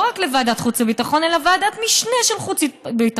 לא רק לוועדת חוץ וביטחון אלא ועדת משנה של חוץ וביטחון.